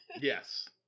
Yes